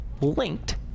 linked